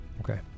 Okay